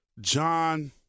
John